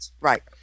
right